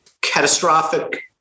catastrophic